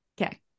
Okay